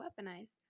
weaponized